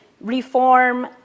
reform